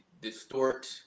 distort